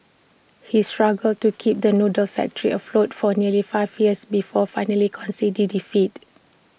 he struggled to keep the noodle factory afloat for nearly five years before finally conceding defeat